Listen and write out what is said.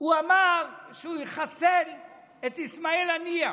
הוא אמר שהוא יחסל את איסמעיל הנייה,